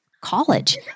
college